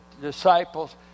disciples